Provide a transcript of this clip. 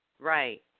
Right